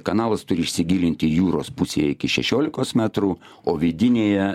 kanalas turi išsigilinti jūros pusėje iki šešiolikos metrų o vidinėje